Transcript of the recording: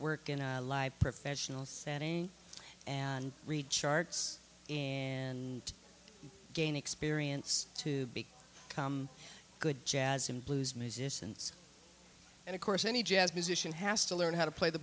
work in a live professional setting and read charts and gain experience to be come good jazz and blues musicians and of course any jazz musician has to learn how to play the